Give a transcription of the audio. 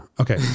okay